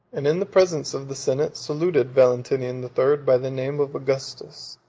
and in the presence of the senate, saluted valentinian the third by the name of augustus,